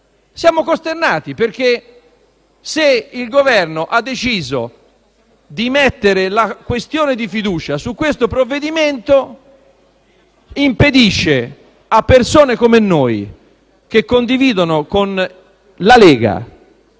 Siamo costernati perché, se il Governo ha deciso di porre la questione di fiducia su questo provvedimento, a persone come noi, che condividono con la Lega